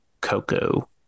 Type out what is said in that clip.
Coco